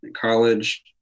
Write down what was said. college